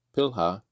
Pilha